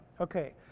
Okay